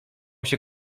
się